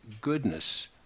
goodness